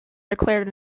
declared